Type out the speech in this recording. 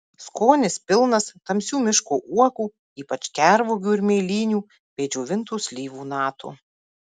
skonis pilnas tamsių miško uogų ypač gervuogių ir mėlynių bei džiovintų slyvų natų